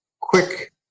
quick